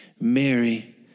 Mary